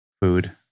food